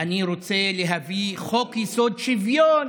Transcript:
אני רוצה להביא חוק-יסוד: שוויון.